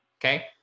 Okay